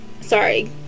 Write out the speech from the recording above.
sorry